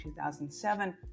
2007